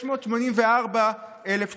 684,000 צפיות,